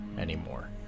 anymore